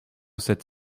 sept